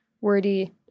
wordy